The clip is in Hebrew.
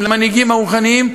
למנהיגים הרוחניים,